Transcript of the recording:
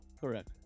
correct